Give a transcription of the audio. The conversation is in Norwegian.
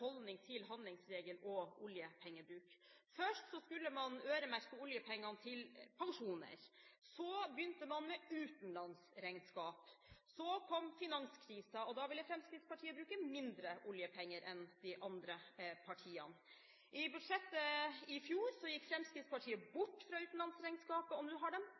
holdning til handlingsregel og oljepengebruk. Først skulle man øremerke oljepengene til pensjoner, så begynte man med utenlandsregnskap, så kom finanskrisen, og da ville Fremskrittspartiet bruke mindre oljepenger enn de andre partiene. I budsjettet i fjor gikk Fremskrittspartiet bort fra utenlandsregnskapet, og nå har